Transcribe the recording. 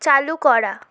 চালু করা